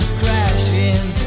crashing